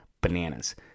bananas